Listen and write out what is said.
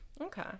Okay